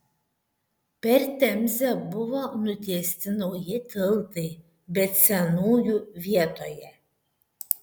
per temzę buvo nutiesti nauji tiltai bet senųjų vietoje